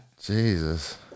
Jesus